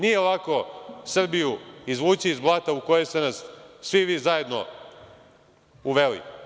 Nije lako Srbiju izvući iz blata u koje ste nas svi vi zajedno uveli.